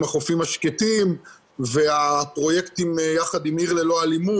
החופים השקטים והפרויקטים יחד עם "עיר ללא אלימות".